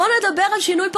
בוא נדבר על שינוי פרדיגמה.